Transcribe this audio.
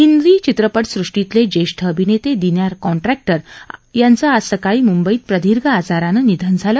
हिंदी चित्रपठ सूष्टीतले जेष्ठ अभिनेते दिन्यार कॉन्ट्रॅक उ यांचं आज सकाळी मुंबईत प्रदीर्घ आजारानं निधन झालं